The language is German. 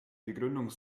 begründung